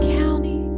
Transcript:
county